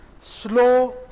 slow